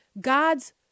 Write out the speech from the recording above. God's